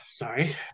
Sorry